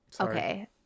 Okay